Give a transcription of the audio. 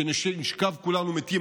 שנשכב כולנו מתים,